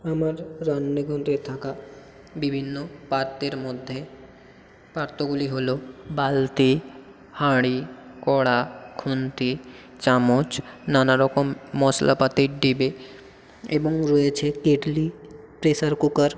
আমার রান্নাঘরে থাকা বিভিন্ন পাত্রের মধ্যে পাত্রগুলি হলো বালতি হাঁড়ি কড়া খুন্তি চামচ নানা রকম মশলাপাতির ডিবে এবং রয়েছে কেটলি প্রেসার কুকার